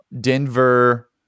Denver